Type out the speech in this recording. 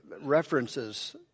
references